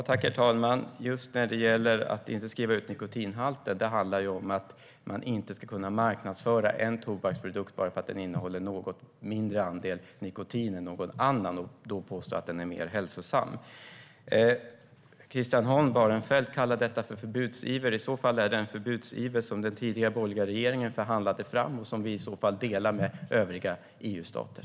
Herr talman! Att man inte ska få skriva ut nikotinhalten beror på att man inte ska kunna marknadsföra en tobaksprodukt som något mindre nikotinhaltig än andra och påstå att den därmed är hälsosammare. Christian Holm Barenfeld kallar detta för förbudsiver. I så fall är det en förbudsiver som den tidigare borgerliga regeringen förhandlade fram och som vi delar med övriga EU-stater.